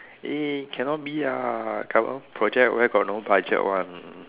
eh cannot be ah government project where got no budget one